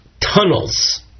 tunnels